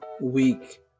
week